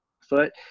foot